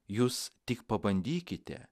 jūs tik pabandykite